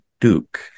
duke